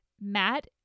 Matt